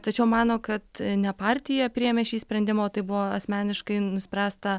tačiau mano kad ne partija priėmė šį sprendimą o tai buvo asmeniškai nuspręsta